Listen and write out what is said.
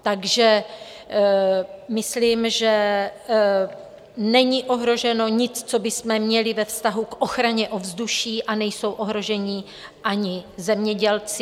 Takže myslím, že není ohroženo nic, co bychom měli ve vztahu k ochraně ovzduší, a nejsou ohroženi ani zemědělci.